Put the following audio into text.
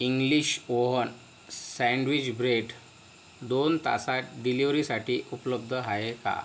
English oven sandwich bread दोन तासात डिलिवरीसाठी उपलब्ध आहे का